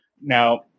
Now